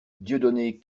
dieudonné